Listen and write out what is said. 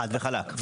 חד וחלק.